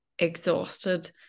exhausted